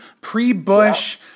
pre-Bush